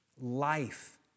life